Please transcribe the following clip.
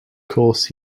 course